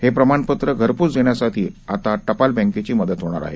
हे प्रमाणपत्र घरपोच देण्यासाठी आता टपाल बँकेची मदत होणार आहे